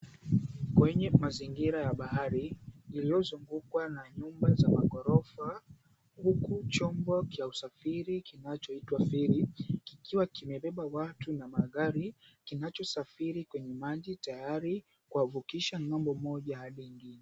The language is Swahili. Kwenye mazingira ya bahari iliyozungukwa na nyumba za maghorofa huku chombo cha usafiri kinachoitwa feri kikiwa kimebeba watu na magari; kinachosafiri kwenye maji tayari kuwavukisha ng'ambo moja hadi ile nyingine.